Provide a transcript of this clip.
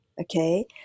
Okay